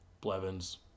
Blevins